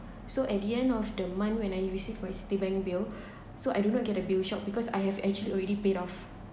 so at the end of the month when I received my citibank bill so I do not get the bill shock because I have actually already paid off